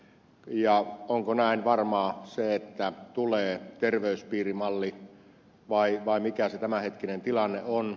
ja onko varmaa se että tulee terveyspiirimalli vai mikä se tämänhetkinen tilanne on